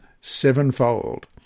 sevenfold